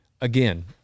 Again